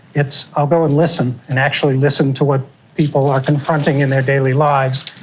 it's i'll go and listen and actually listen to what people are confronting in their daily lives,